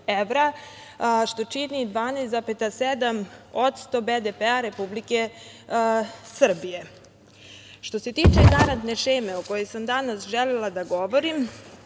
što čini 12,7% BDP Republike Srbije. Što se tiče garantne šeme, a o kojoj sam danas želela da govorim,